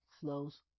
flows